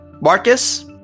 Marcus